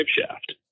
shaft